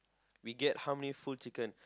we get how many full chicken